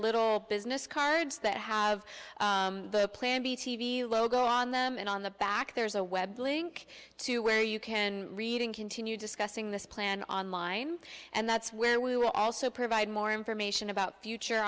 little business cards that have the plan b t v logo on them and on the back there's a web link to where you can read and continue discussing this plan online and that's where we will also provide more information about future